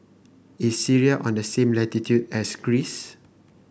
is Syria on the same latitude as Greece